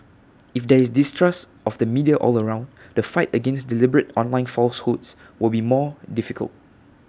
if there is distrust of the media all around the fight against deliberate online falsehoods will be more difficult